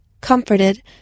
Comforted